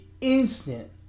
instant